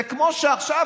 זה כמו שאנחנו